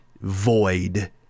void